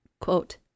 quote